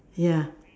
ya